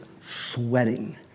sweating